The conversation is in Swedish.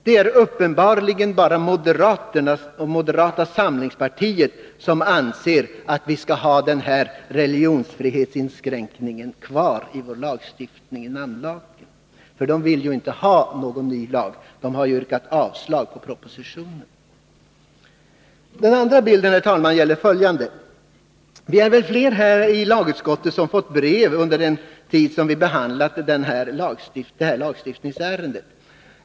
Det är uppenbarligen bara moderata samlingspartiet som anser att vi skall ha den här religionsfrihetsinskränkningen kvar i vår lagstiftning, i namnlagen. De vill ju inte ha någon ny lag. De har yrkat avslag på propositionen. Den andra bilden, herr talman, gäller följande. Vi är väl flera i lagutskottet som fått brev under den tid vi behandlat det här lagstiftningsärendet.